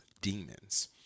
demons